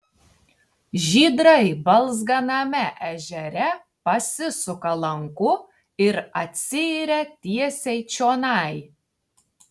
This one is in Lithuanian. žydrai balzganame ežere pasisuka lanku ir atsiiria tiesiai čionai